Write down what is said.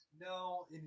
No